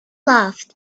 laughed